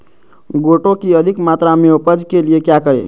गोटो की अधिक मात्रा में उपज के लिए क्या करें?